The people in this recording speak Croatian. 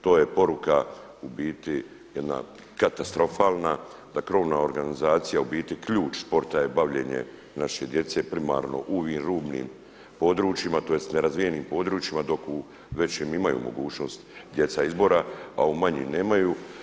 To je poruka u biti jedna katastrofalna, da krovna organizacija u biti ključ sporta je bavljenje naše djece primarno u ovim rubnim područjima, tj. nerazvijenim područjima dok u većim imaju mogućnost djeca izbora, a u manjim nemaju.